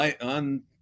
on